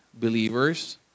believers